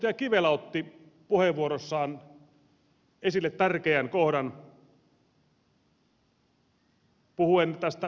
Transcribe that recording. edustaja kivelä otti puheenvuorossaan esille tärkeän kohdan puhuen tästä mielenterveystyöstä